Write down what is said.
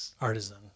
artisan